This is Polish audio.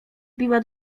biła